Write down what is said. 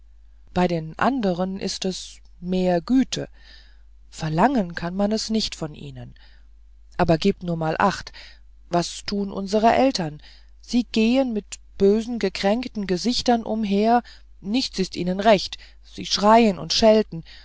bei den anderen ist es mehr güte verlangen kann man es nicht von ihnen aber gebt nur mal acht was tun unsere eltern sie gehen mit bösen gekränkten gesichtern umher nichts ist ihnen recht sie schreien und schelten